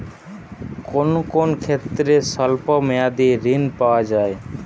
কোন কোন ক্ষেত্রে স্বল্প মেয়াদি ঋণ পাওয়া যায়?